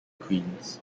queens